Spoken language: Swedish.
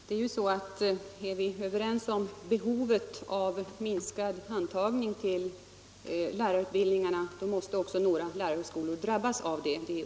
Herr talman! Vi är överens om behovet av minskad intagning till lärarutbildningen, och då är det ofrånkomligt att några lärarhögskolor drabbas.